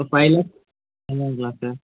ஒரு ஃபைவ் லேக்ஸ் வாங்கிக்கலாம் சார்